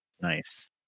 Nice